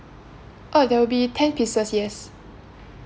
oh there will be ten pieces yes